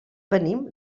venim